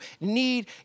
need